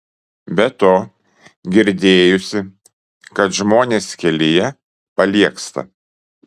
be to girdėjusi kad žmonės kelyje paliegsta